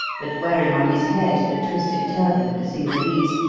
but wearing on his head the twisted turban of a cingalese,